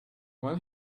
when